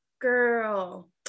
girl